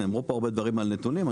נאמרו פה הרבה דברים על נתונים,